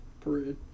Parade